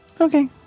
Okay